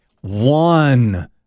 one